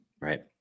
Right